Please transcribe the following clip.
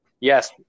yes